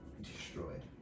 Destroyed